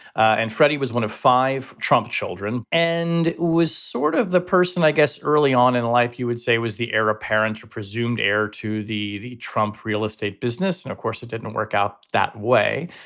and freddie was one of five trump children and was sort of the person, i guess early on in life, you would say, was the era parents, the presumed heir to the the trump real estate business. and of course, it didn't work out that way.